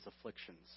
afflictions